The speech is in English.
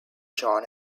john